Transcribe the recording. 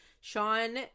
Sean